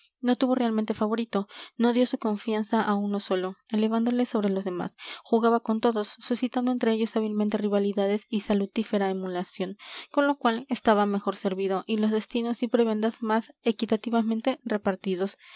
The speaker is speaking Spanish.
no tuvo realmente favorito no dio su confianza a uno solo elevándole sobre los demás jugaba con todos suscitando entre ellos hábilmente rivalidades y salutífera emulación con lo cual estaba mejor servido y los destinos y prebendas más equitativamente repartidos